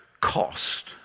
cost